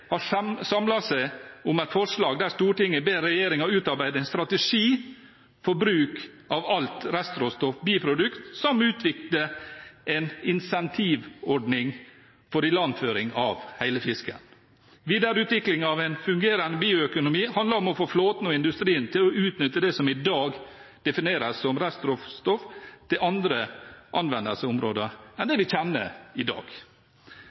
har samlet seg om et forslag der Stortinget ber regjeringen utarbeide en strategi for bruk av alt restråstoff / biprodukter, samt utvikle en incentivordning for ilandføring av hele fisken. Videreutvikling av en fungerende bioøkonomi handler om å få flåten og industrien til å utnytte det som i dag defineres som restråstoff, på andre anvendelsesområder enn dem vi kjenner i dag.